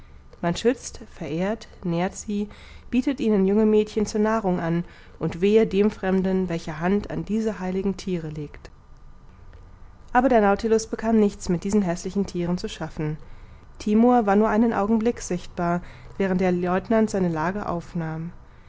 man schützt verehrt nährt sie bietet ihnen junge mädchen zur nahrung an und wehe dem fremden welcher hand an diese heiligen thiere legt aber der nautilus bekam nichts mit diesen häßlichen thieren zu schaffen timor